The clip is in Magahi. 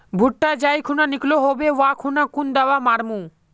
भुट्टा जाई खुना निकलो होबे वा खुना कुन दावा मार्मु?